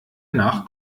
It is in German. nach